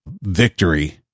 victory